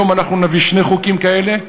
היום נביא שני חוקים כאלה,